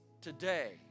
today